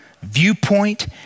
viewpoint